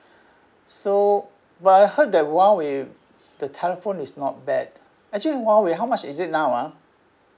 so but I heard the Huawei the telephone is not bad actually Huawei how much is it now ah